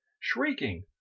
shrieking